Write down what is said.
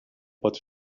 pot